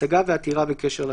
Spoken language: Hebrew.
השגה ועתירה בקשר לצו".